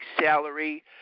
salary